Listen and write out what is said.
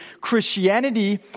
Christianity